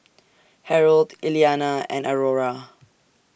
Harold Iliana and Aurora